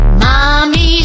mommy